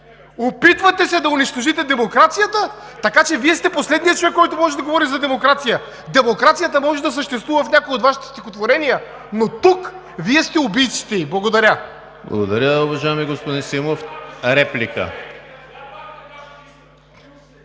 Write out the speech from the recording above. опитвате се да унищожите демокрацията, така че Вие сте последният човек, който може да говори за демокрация. Демокрацията може да съществува в някои от Вашите стихотворения, но тук, Вие сте убийците ѝ. Благодаря. ПРЕДСЕДАТЕЛ ЕМИЛ ХРИСТОВ: Благодаря, уважаеми господин Симов. Имате